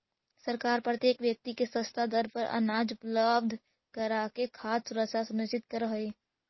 सरकार प्रत्येक व्यक्ति के सस्ता दर पर अनाज उपलब्ध कराके खाद्य सुरक्षा सुनिश्चित करऽ हइ